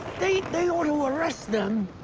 they ought to arrest them.